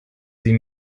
sie